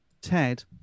Ted